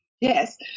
Yes